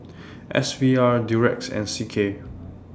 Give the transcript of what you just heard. S V R Durex and C K